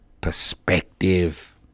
perspective